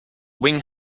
wing